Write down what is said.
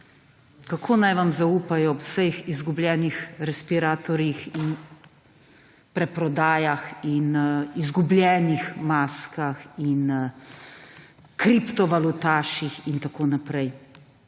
kako naj vam zaupajo ob vseh izgubljenih respiratorjih in preprodajah in izgubljenih maskah in kriptovalutaših in tako naprej.